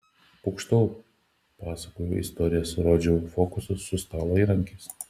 pokštavau pasakojau istorijas rodžiau fokusus su stalo įrankiais